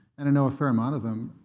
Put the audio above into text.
and i know a fair amount of them,